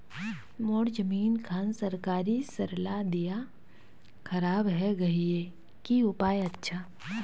मोर जमीन खान सरकारी सरला दीया खराब है गहिये की उपाय अच्छा?